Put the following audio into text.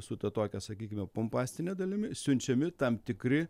su ta tokia sakykime pompastine dalimi siunčiami tam tikri